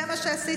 זה מה שעשיתי.